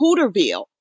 Hooterville